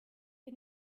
ihr